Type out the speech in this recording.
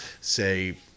say